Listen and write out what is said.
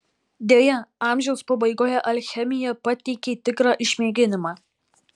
deja amžiaus pabaigoje alchemija pateikė tikrą išmėginimą